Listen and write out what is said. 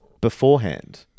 Beforehand